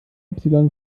epsilon